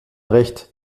recht